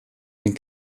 den